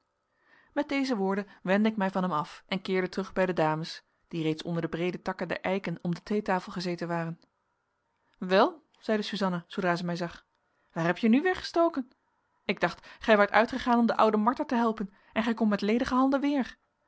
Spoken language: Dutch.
met deze woorden wendde ik mij van hem af en keerde terug bij de dames die reeds onder de breede takken der eiken om de theetafel gezeten waren wel zeide suzanna zoodra zij mij zag waar heb je nu weer gestoken ik dacht gij waart uitgegaan om de oude martha te helpen en gij komt met ledige handen weer